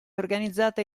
organizzata